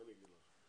מה אני אגיד לך?